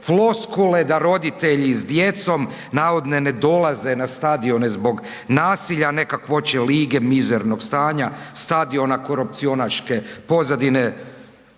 floskule da roditelji s djecom navodno ne dolaze na stadiona zbog nasilja, ne kakvoće lige, mizernog stanja stadiona, korupcionaške pozadine